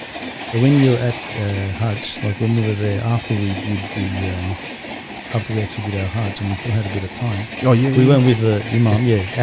so when you at haj like what movie they after we did the after we actually did our hajj and we still had a bit of time. yeah, yeah we went with the imam. yeah,